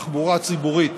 בתחבורה הציבורית,